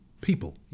people